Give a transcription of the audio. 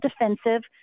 defensive